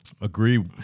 Agree